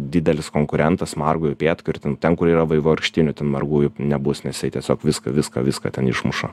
didelis konkurentas margojo upėtakio ir ten ten kur yra vaivorykštinių ten margųjų nebus nes tiesiog viską viską viską ten išmuša